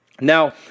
Now